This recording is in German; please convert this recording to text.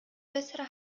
bessere